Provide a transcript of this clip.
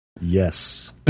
Yes